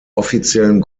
offiziellen